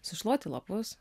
sušluoti lapus